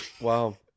Wow